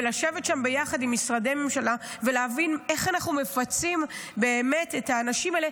לשבת שם ביחד עם משרדי הממשלה ולהבין איך אנחנו מפצים את האנשים האלה,